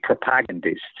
propagandists